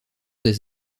des